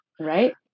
Right